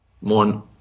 one